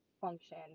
function